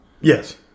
Yes